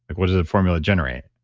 what does the formula generate?